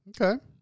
Okay